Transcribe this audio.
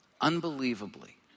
unbelievably